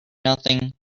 nothing